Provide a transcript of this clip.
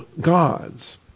gods